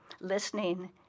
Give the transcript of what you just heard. listening